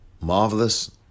Marvelous